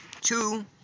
Two